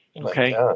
Okay